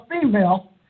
female